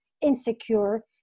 insecure